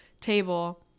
table